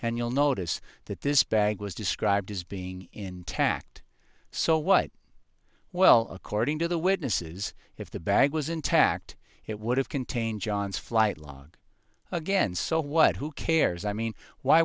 and you'll notice that this bag was described as being intact so what well according to the witnesses if the bag was intact it would have contained john's flight log again so what who cares i mean why